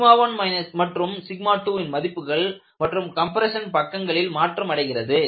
1மற்றும் 2ன் மதிப்புகள் மற்றும் கம்ப்ரெஷன் பக்கங்களில் மாற்றமடைகிறது